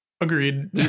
Agreed